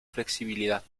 flexibilidad